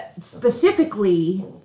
specifically